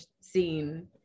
scene